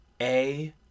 A-